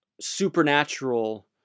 supernatural